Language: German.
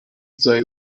sei